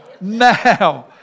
Now